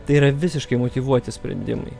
tai yra visiškai motyvuoti sprendimai